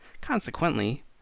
Consequently